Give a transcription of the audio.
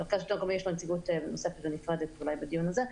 למרכז השלטון המקומי יש נציגות נוספת ונפרדת אולי בדיון הזה.